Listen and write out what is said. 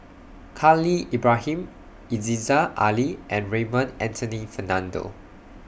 Khalil Ibrahim Yziza Ali and Raymond Anthony Fernando